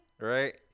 Right